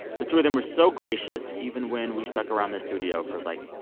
the two of them are so gracious even when we stuck around the studio for, like,